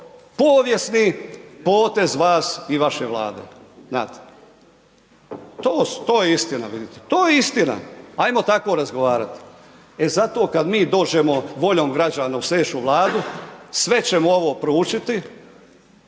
povijesni potez vas i vaše Vlade, znate. To je istina vidite, to je istina, pa ajmo tako razgovarat. E zato kad mi dođemo voljom građana u slijedeću Vladu sve ćemo ovo proučiti,